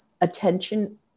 attention